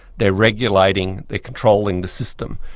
they're regulating, they're controlling the system,